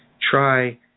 try